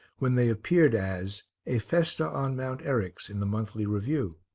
when they appeared as a festa on mount eryx in the monthly review.